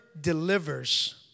delivers